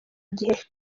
gihe